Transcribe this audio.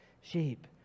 sheep